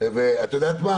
כדאי להביא.